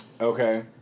Okay